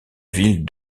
ville